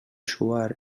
suar